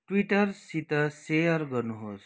ट्विटरसित share गर्नुहोस्